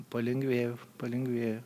palengvėjo palengvėjo